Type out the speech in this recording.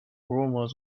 romulus